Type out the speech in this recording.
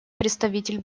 представитель